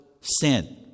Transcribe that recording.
sin